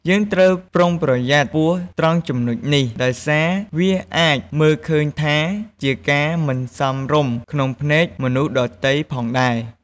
យើងត្រូវប្រុងប្រយ័ត្នខ្ពស់ត្រង់ចំណុចនេះ ដោយសារវាអាចមើលឃើញថាជាការមិនសមរម្យក្នុងភ្នែកមនុស្សដទៃផងដែរ។